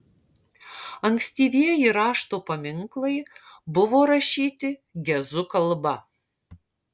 ankstyvieji rašto paminklai buvo rašyti gezu kalba